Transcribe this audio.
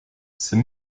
ces